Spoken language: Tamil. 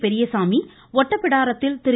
பெரியசாமி ஒட்டப்பிடாரத்தில் திரு